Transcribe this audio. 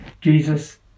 Jesus